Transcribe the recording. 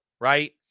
right